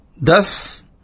Thus